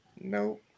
no